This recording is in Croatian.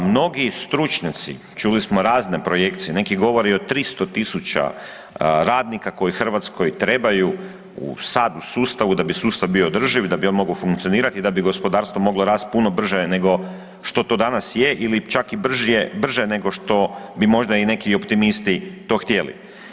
Mnogi stručnjaci, čuli smo razne projekcije neki govore i o 300.000 radnika koji Hrvatskoj trebaju sad u sustavu da bi sustav bio održiv i da bi on mogao funkcionirati i da bi gospodarstvo moglo rast puno brže nego što to danas je ili čak i brže nego što bi možda i neki optimisti to htjeli.